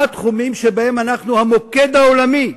עלינו להחליט מהם התחומים שבהם אנחנו המוקד העולמי,